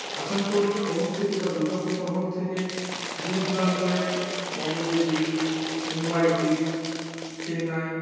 আসানসোল শহর থেকে বা দুর্গাপুর শহর থেকে দূর দূরান্তরের বম্বে দিল্লি মুম্বাই দিল্লি চেন্নাই